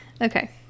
okay